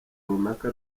runaka